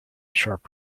sharp